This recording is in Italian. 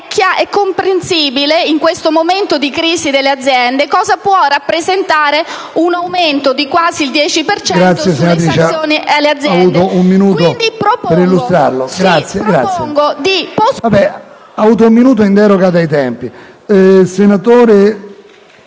È comprensibile, in questo momento di crisi delle aziende, cosa può rappresentare un aumento di quasi il 10 per cento delle sanzioni per le aziende.